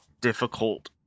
difficult